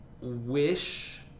wish